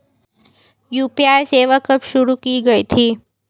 UPI सेवा कब शुरू की गई थी?